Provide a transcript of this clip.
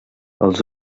els